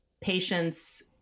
patients